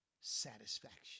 satisfaction